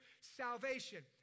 salvation